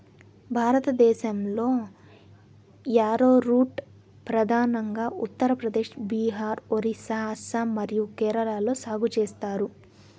భారతదేశంలో, యారోరూట్ ప్రధానంగా ఉత్తర ప్రదేశ్, బీహార్, ఒరిస్సా, అస్సాం మరియు కేరళలో సాగు చేస్తారు